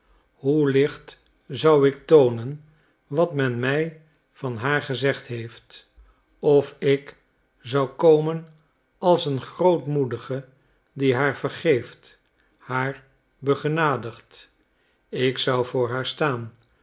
hoe licht zou ik toonen wat men mij van haar gezegd heeft of ik zou komen als een grootmoedige die haar vergeeft haar begenadigt ik zou voor haar staan